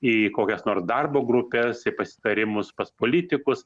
į kokias nors darbo grupes į pasitarimus pas politikus